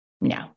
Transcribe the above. no